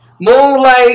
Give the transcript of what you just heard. moonlight